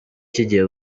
kigiye